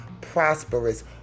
prosperous